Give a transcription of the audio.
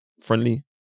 friendly